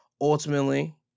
Ultimately